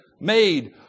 made